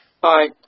Bye